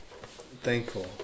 thankful